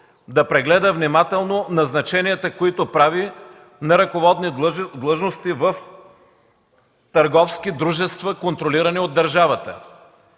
да прегледа внимателно назначенията, които прави на ръководни длъжности в търговски дружества, контролирани от държавата.